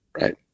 Right